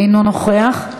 אינו נוכח.